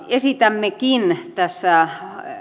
esitämmekin